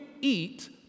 eat